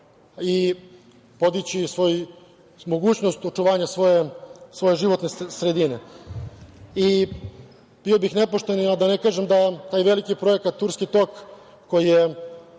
i podići mogućnost očuvanja svoje životne sredine. Bio bih nepošten a da ne kažem da taj veliki Projekat Turski tok koji je 1.